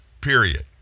period